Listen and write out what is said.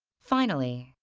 finally,